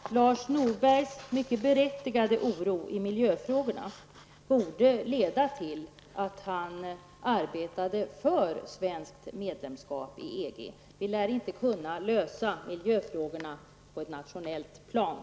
Fru talman! Lars Norbergs mycket berättigade oro i miljöfrågorna borde leda till att han arbetade för svenskt medlemskap i EG. Vi lär inte kunna lösa miljöproblemen på det nationella planet.